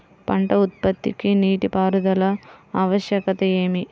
పంట ఉత్పత్తికి నీటిపారుదల ఆవశ్యకత ఏమి?